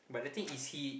but the thing is he